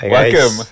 Welcome